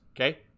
okay